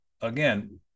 again